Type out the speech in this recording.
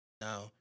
Now